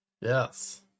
Yes